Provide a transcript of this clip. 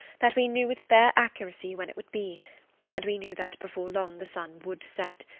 that we knew with fair accuracy when it would be and we knew that before long the sun would set.